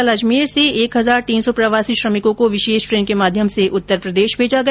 कल अजमेर से एक हजार तीन सौ प्रवासी श्रमिकों को विशेष ट्रेन के माध्यम से उत्तरप्रदेश भेजा गया